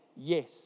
Yes